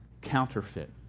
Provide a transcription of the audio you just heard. Counterfeit